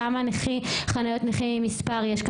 כמה חניות נכים עם מספר יש,